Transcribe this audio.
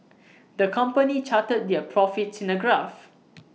the company charted their profits in A graph